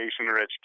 education